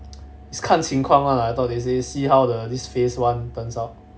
is 看情况啦 thought they say see how the this phase one turns out